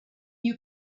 you